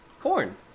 Corn